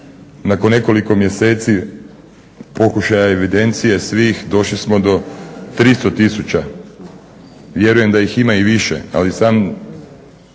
Nakon nekoliko mjeseci pokušaja evidencije svih došli smo do 300 tisuća. Vjerujem da ih ima i više, ali sama